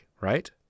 right